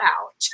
out